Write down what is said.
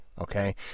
Okay